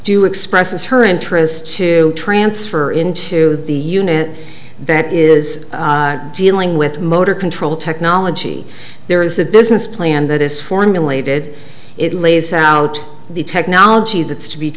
do expresses her interest to transfer into the unit that is dealing with motor control technology there is a business plan that is formulated it lays out the technology that's to be